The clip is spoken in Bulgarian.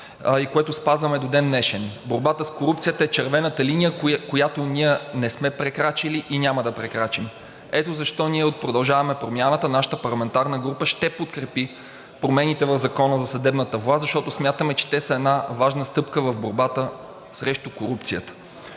и което спазваме до ден днешен. Борбата с корупцията е червената линия, която ние не сме прекрачили и няма да прекрачим. Ето защо ние от „Продължаваме Промяната“, нашата парламентарна група, ще подкрепи промените в Закона за съдебната власт, защото смятаме, че те са една важна стъпка в борбата срещу корупцията.